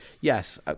yes